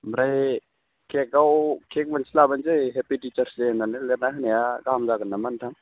ओमफ्राय केकआव केक मोनसे लाबोनोसै हेपि टिचार्स डे होननानै लिरनानै होनाया गाहाम जागोन नामा नोंथां